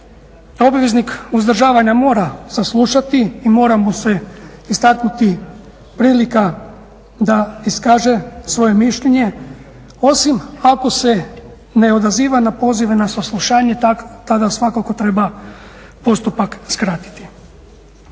obveznik uzdržavanja mora saslušati i mora mu se istaknuti prilika da iskaže svoje mišljenje osim ako se ne odaziva na pozive na saslušanje tada svakako treba postupak skratiti.